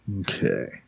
Okay